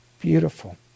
beautiful